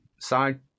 side